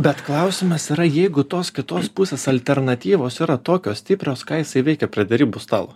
bet klausimas yra jeigu tos kitos pusės alternatyvos yra tokios stiprios ką jisai veikia prie derybų stalo